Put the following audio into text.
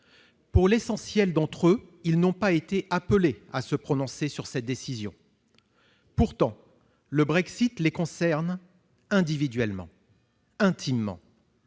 La plupart d'entre eux n'ont pas été appelés à se prononcer sur cette décision. Pourtant, le Brexit les concerne individuellement, intimement.